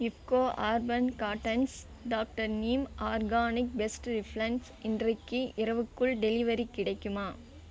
IFFCO urban gardens doctor neem organic best repellent இன்றைக்கி இரவுக்குள் delivery கிடைக்குமா